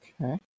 Okay